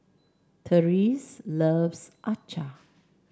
Therese loves acar